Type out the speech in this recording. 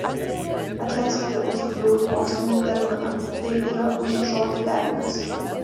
atleiskite už bjaurų mokslinį terminą tai yra už žodį velnias